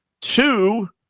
Two